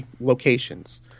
locations